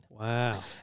Wow